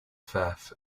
fifth